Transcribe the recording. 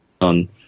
on